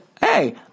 Hey